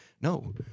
No